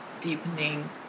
deepening